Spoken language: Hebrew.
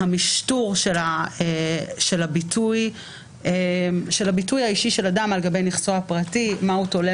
המשטור של הביטוי האישי של אדם לגבי מה הוא תולה